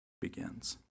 begins